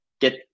get